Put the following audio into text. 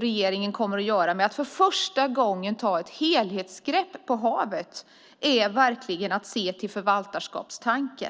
regeringen att för första gången ta ett helhetsgrepp på havet. Det är verkligen att se till förvaltarskapstanken.